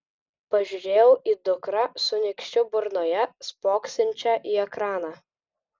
pažiūrėjau į dukrą su nykščiu burnoje spoksančią į ekraną